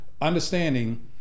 understanding